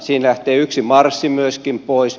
siinä lähtee yksi marssi myöskin pois